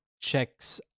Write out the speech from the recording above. checks